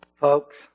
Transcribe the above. Folks